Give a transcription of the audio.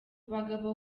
bagabo